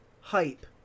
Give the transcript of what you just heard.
hype